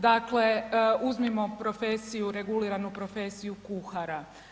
Dakle, uzmimo profesiju reguliranu profesiju kuhara.